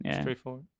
straightforward